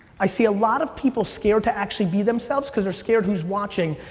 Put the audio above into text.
i see a lot of people scared to actually be themselves cause they're scared who's watching.